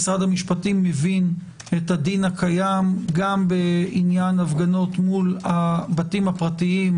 איך משרד המשפטים מבין את הדין הקיים גם בעניין הפגנות מול בתים פרטיים,